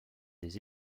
des